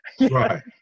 Right